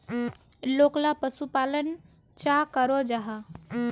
लोकला पशुपालन चाँ करो जाहा?